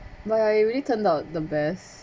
but ya you really turned out the best